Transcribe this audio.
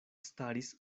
staris